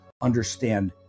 understand